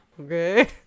Okay